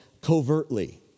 covertly